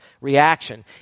reaction